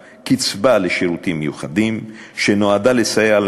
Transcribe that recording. קצבה לשירותים מיוחדים שנועדה לסייע לנכים